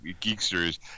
geeksters